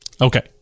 Okay